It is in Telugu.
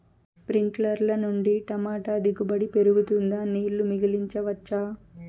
స్ప్రింక్లర్లు నుండి టమోటా దిగుబడి పెరుగుతుందా? నీళ్లు మిగిలించవచ్చా?